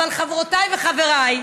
אבל, חברותיי וחבריי,